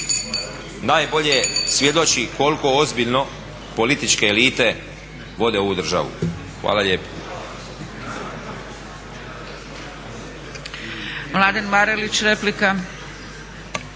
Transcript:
najbolje svjedoči koliko ozbiljno političke elite vode ovu državu. Hvala lijepo.